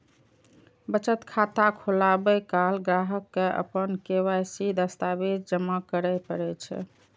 बचत खाता खोलाबै काल ग्राहक कें अपन के.वाई.सी दस्तावेज जमा करय पड़ै छै